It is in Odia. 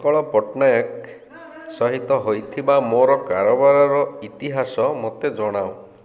ଉତ୍କଳ ପଟ୍ଟନାୟକ ସହିତ ହେଇଥିବା ମୋର କାରବାରର ଇତିହାସ ମୋତେ ଜଣାଅ